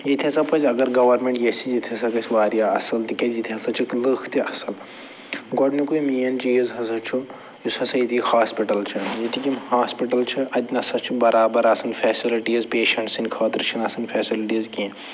ییٚتہِ ہسا پَزِ اگر گورمٮ۪نٛٹ ییٚژھِ ییٚتہِ ہسا گژھِ واریاہ اَصٕل تِکیٛازِ ییٚتہِ ہسا چھِ لُکھ تہِ اَصٕل گۄڈٕنیُکُے مین چیٖز ہسا چھُ یُس ہسا ییٚتہِ یہِ ہاسپِٹَل چھِ ییٚتِکۍ یِم ہاسپِٹَل چھِ اَتہِ نہ سا چھِ برابَر آسان فیسلٕٹیٖز پٮ۪شنٛٹ سٕنٛدۍ خٲطرٕ چھِنہٕ آسان فٮ۪سلٹیٖز کیٚنہہ